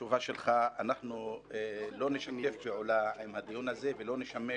אנחנו לא נשתף פעולה עם הדיון הזה ולא נשמש